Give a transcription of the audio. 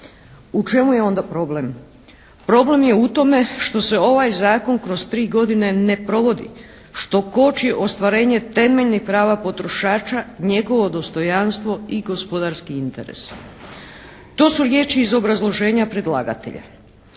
U čemu je onda problem? Problem je u tome što se ovaj zakon kroz tri godine ne provodi, što koči ostvarenje temeljnih prava potrošača, njegovo dostojanstvo i gospodarski interes. To su riječi iz obrazloženja predlagatelja.